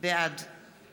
בעד